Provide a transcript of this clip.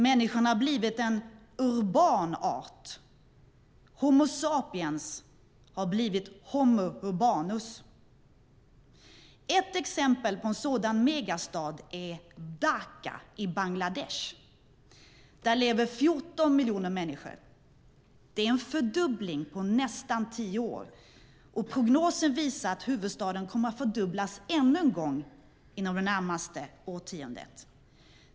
Människan har blivit en urban art - Homo sapiens har blivit Homo urbanus. Ett exempel på en sådan megastad är Dhaka i Bangladesh. Där lever 14 miljoner människor. Det är en fördubbling på nästan tio år, och prognoser visar att huvudstaden kommer att fördubblas ytterligare en gång inom det närmaste årtiondet.